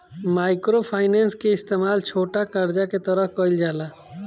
micro finance के इस्तमाल छोटा करजा के तरह कईल जाला